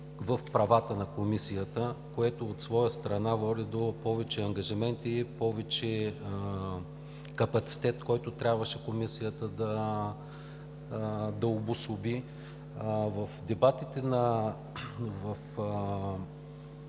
в правата на Комисията, което от своя страна води до повече ангажименти, повече капацитет, който трябваше Комисията да обособи. В дебатите в